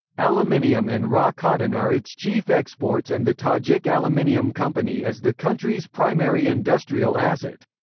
aluminium and raw cotton are its chief exports and the tajik aluminium company is the country's primary industrial asset.